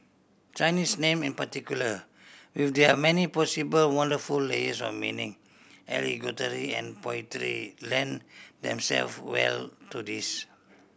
Chinese name in particular with their many possible wonderful layers of meaning and poetry lend themself well to this